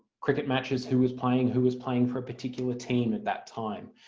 cricket matches, who was playing, who was playing for a particular team at that time,